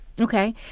Okay